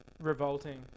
Revolting